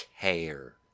care